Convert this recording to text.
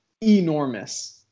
enormous